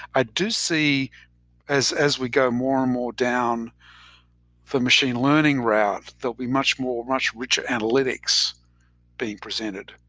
i do see as as we go more and more down for machine learning route, there'll be much more, much richer analytics being presented.